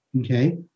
okay